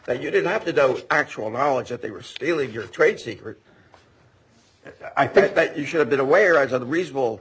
that you didn't have to dose actual knowledge that they were stealing your trade secrets i think that you should have been away or i was on the reasonable